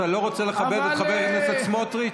אתה לא רוצה לכבד את חבר הכנסת סמוטריץ'?